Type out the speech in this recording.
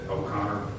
O'Connor